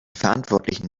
verantwortlichen